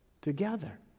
together